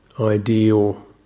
ideal